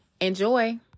Enjoy